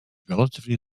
relatively